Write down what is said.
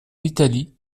italie